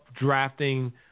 drafting